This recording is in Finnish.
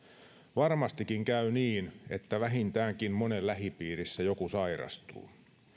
varmastikin käy niin että vähintäänkin monen lähipiirissä joku sairastuu